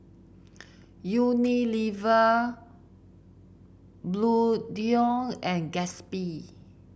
Unilever Bluedio and Gatsby